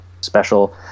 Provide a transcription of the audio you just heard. special